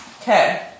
Okay